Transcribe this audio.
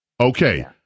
Okay